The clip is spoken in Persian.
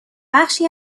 بخشی